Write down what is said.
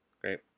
Great